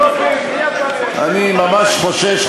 אני ממש חושש,